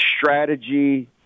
strategy